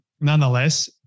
nonetheless